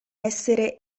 essere